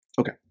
Okay